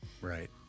Right